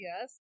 Yes